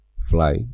fly